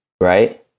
Right